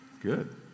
Good